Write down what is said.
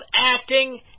acting